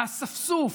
האספסוף,